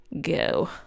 go